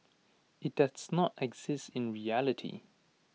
IT does not exist in reality